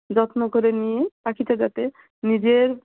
যত্ন করে নিয়ে পাখিটা যাতে নিজের